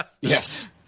Yes